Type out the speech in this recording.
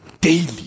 daily